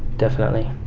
definitely.